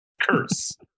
Curse